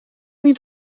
niet